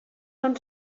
són